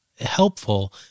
helpful